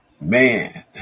Man